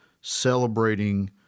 celebrating